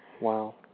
Wow